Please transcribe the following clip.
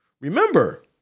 Remember